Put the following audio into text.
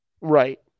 Right